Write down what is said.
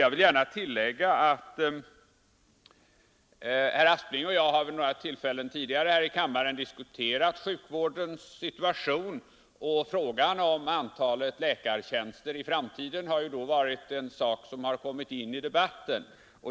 Jag vill gärna tillägga att herr Aspling och jag vid några tidigare tillfällen här i kammaren har diskuterat sjukvårdens situation, och frågan om antalet läkartjänster i framtiden har då kommit in i debatten.